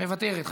מוותרת,